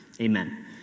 Amen